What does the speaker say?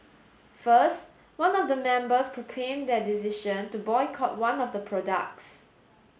first one of the members proclaimed their decision to boycott one of the products